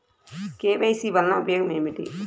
KYC వలన ఉపయోగం ఏమిటీ?